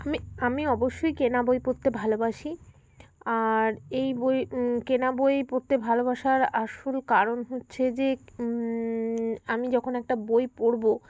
আমি আমি অবশ্যই কেনা বই পড়তে ভালোবাসি আর এই বই কেনা বই পড়তে ভালোবাসার আসল কারণ হচ্ছে যে আমি যখন একটা বই পড়বো